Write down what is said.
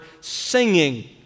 singing